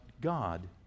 God